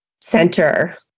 center